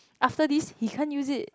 after this he can't use it